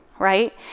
right